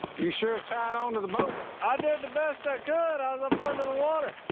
you sure it's tied onto the boat? i did the best i could. i was up under the water.